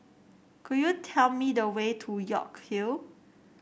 could you tell me the way to York Hill